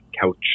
couch